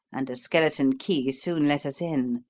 and a skeleton key soon let us in.